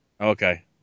Okay